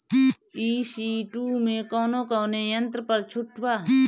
ई.सी two मै कौने कौने यंत्र पर छुट बा?